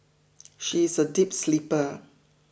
she is a deep sleeper